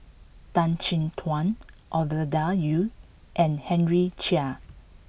Tan Chin Tuan Ovidia Yu and Henry Chia